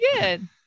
good